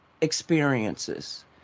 experiences